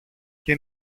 και